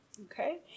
okay